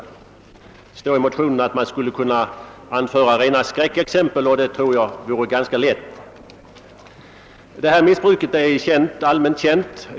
I vår motion II:4 skriver vi att man skulle kunna anföra rena skräckexempel härpå, och det tror jag vore ganska lätt. Detta missbruk är allmänt känt.